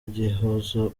igihozo